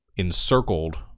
encircled